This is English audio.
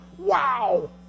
wow